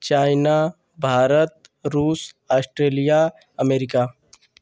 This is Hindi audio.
चाइना भारत रूस आस्ट्रेलिया अमेरिका